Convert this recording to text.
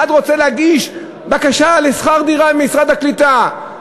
אחד רוצה להגיש בקשה לשכר דירה ממשרד הקליטה,